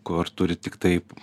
kur turi tiktai